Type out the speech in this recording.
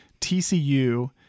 TCU